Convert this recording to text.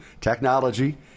technology